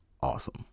awesome